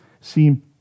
seem